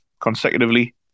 consecutively